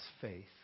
faith